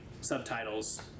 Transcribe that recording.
subtitles